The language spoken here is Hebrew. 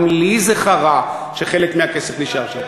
גם לי זה חרה שחלק מהכסף נשאר שם.